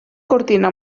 cortina